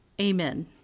Amen